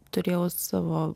turėjau savo